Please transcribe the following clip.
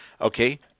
Okay